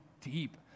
deep